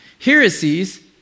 heresies